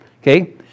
Okay